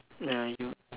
ya